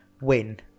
win